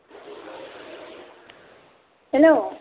hello